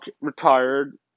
retired